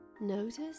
Notice